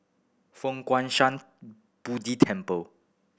Fo Guang Shan Buddha Temple